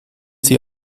sie